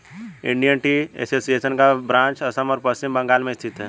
Indian tea association का branch Assam और पश्चिम बंगाल में स्थित है